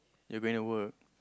you're going to work